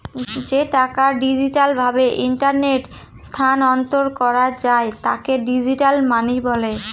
যে টাকা ডিজিটাল ভাবে ইন্টারনেটে স্থানান্তর করা যায় তাকে ডিজিটাল মানি বলে